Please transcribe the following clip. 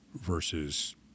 versus